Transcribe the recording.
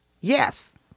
yes